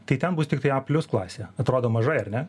tai ten bus tiktai a plius klasė atrodo mažai ar ne